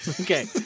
Okay